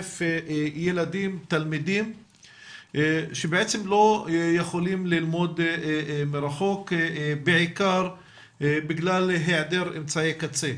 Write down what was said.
ילדים תלמידים שבעצם לא יכולים ללמוד מרחוק בעיקר בגלל היעדר אמצעי קצה,